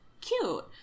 cute